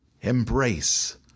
embrace